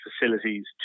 facilities